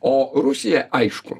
o rusija aišku